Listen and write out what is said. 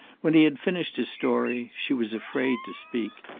when he had finished his story, she was afraid to speak.